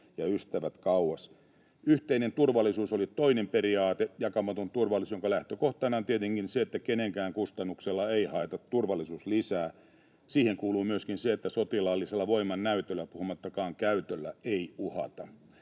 ystävät kauas. Yhteinen turvallisuus oli toinen periaate, jakamaton turvallisuus, jonka lähtökohtana on tietenkin se, että kenenkään kustannuksella ei haeta turvallisuuslisää. Siihen kuuluu myöskin se, että sotilaallisella voimannäytöllä puhumattakaan ‑käytöllä ei uhata.